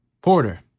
Porter